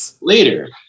later